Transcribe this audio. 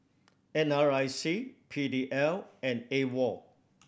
N R I C P D L and AWOL